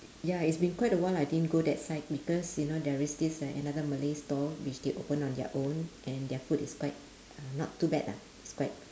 ya it's been quite awhile I didn't go that side because you know there is this uh another malay stall which they open on their own and their food is quite uh not too bad ah it's quite